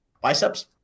biceps